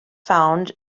found